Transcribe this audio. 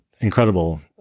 incredible